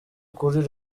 kuri